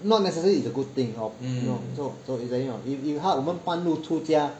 not necessary is the good thing or you know so you know what I'm saying not if 他半路出家